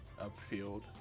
upfield